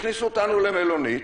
הכניסו אותנו למלונית,